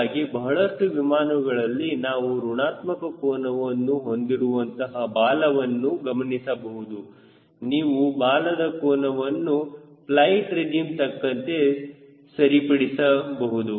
ಹೀಗಾಗಿ ಬಹಳಷ್ಟು ವಿಮಾನಗಳಲ್ಲಿ ನಾವು ಋಣಾತ್ಮಕ ಕೋನವನ್ನು ಹೊಂದಿರುವಂತಹ ಬಾಲವನ್ನು ಗಮನಿಸಬಹುದು ನೀವು ಬಾಲದ ಕೋನವನ್ನು ಫ್ಲೈಟ್ ರೆಜಿಮ್ ತಕ್ಕಂತೆ ಸರಿ ಸರಿಪಡಿಸಿ ಸರಿಪಡಿಸಬಹುದು